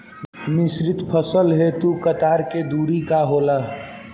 मिश्रित फसल हेतु कतार के दूरी का होला?